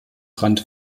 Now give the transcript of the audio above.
rand